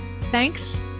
Thanks